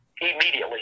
Immediately